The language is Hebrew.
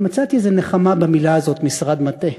אבל מצאתי איזו נחמה במילה הזאת "משרד מטה"